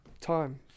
time